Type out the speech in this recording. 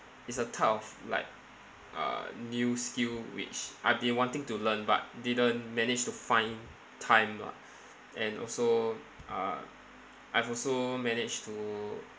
it's a type of like uh new skill which I've been wanting to learn but didn't manage to find time lah and also uh I've also managed to